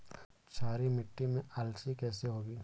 क्षारीय मिट्टी में अलसी कैसे होगी?